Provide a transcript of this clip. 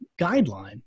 guideline